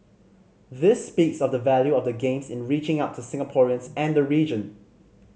this speaks of the value of the games in reaching out to Singaporeans and the region